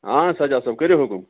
آ سَجاد صوب کٔریُو حُکُم